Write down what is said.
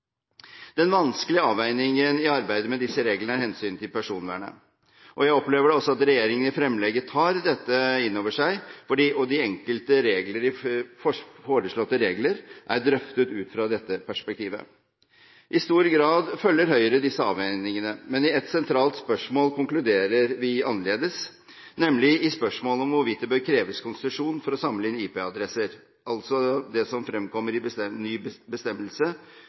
Den vanskelige avveiningen i arbeidet med disse reglene er hensynet til personvernet. Jeg opplever at regjeringen i fremlegget tar dette inn over seg, og at de enkelte foreslåtte regler er drøftet ut fra dette perspektivet. I stor grad følger Høyre disse avveiningene, men i et sentralt spørsmål konkluderer vi annerledes, nemlig i spørsmålet om hvorvidt det bør kreves konsesjon for å samle inn IP-adresser, altså det som fremkommer i ny